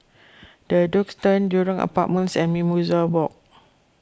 the Duxton Jurong Apartments and Mimosa Walk